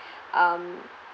um